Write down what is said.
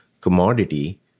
commodity